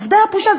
אבדה הבושה.